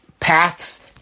Paths